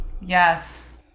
Yes